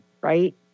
right